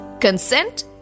Consent